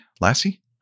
Lassie